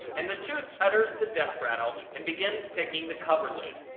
and the tooth utters the death rattle and begins picking the cover-lid.